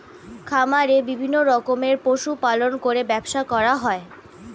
খামারে বিভিন্ন রকমের পশু পালন করে ব্যবসা করা হয়